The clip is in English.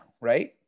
right